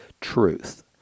truth